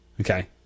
Okay